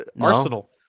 arsenal